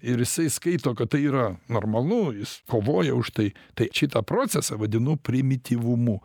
ir jisai skaito kad tai yra normalu jis kovoja už tai tai šitą procesą vadinu primityvumu